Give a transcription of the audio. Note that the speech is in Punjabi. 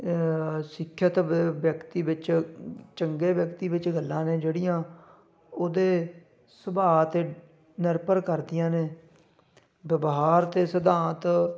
ਸਿੱਖਿਅਤ ਵਿ ਵਿਅਕਤੀ ਵਿੱਚ ਚੰਗੇ ਵਿਅਕਤੀ ਵਿੱਚ ਗੱਲਾਂ ਨੇ ਜਿਹੜੀਆਂ ਉਹਦੇ ਸੁਭਾਅ 'ਤੇ ਨਿਰਭਰ ਕਰਦੀਆਂ ਨੇ ਵਿਵਹਾਰ ਅਤੇ ਸਿਧਾਂਤ